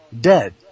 dead